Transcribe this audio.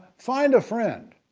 find a friend.